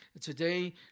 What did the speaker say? Today